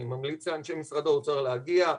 אני ממליץ לאנשי משרד האוצר להגיע.